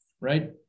right